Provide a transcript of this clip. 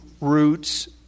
Roots